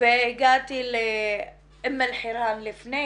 והגעתי לאום אל חיראן, לפני